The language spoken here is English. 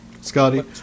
Scotty